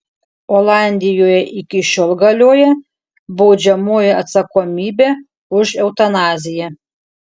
olandijoje iki šiol galioja baudžiamoji atsakomybė už eutanaziją